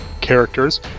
characters